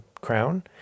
crown